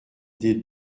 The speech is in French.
des